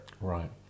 Right